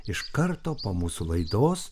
iš karto po mūsų laidos